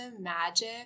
magic